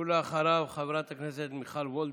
ואחריו, חברת הכנסת מיכל וולדיגר.